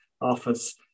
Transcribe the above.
office